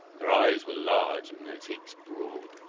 their eyes were large and their cheeks broad.